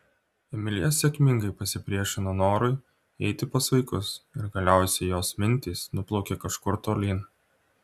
emilija sėkmingai pasipriešino norui eiti pas vaikus ir galiausiai jos mintys nuplaukė kažkur tolyn